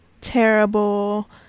terrible